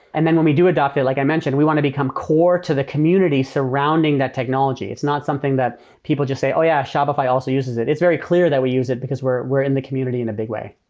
and then we do adapt it, like i mentioned, we want to become core to the community surrounding that technology. it's not something that people just say, oh, yeah. shopify also uses it. it's very clear that we use it, because we're we're in the community in a big way